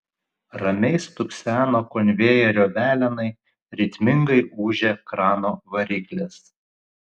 ramiai stukseno konvejerio velenai ritmingai ūžė krano variklis